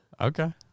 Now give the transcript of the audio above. Okay